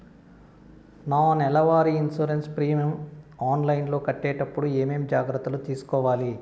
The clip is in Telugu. నా నెల వారి ఇన్సూరెన్సు ప్రీమియం ఆన్లైన్లో కట్టేటప్పుడు ఏమేమి జాగ్రత్త లు తీసుకోవాలి?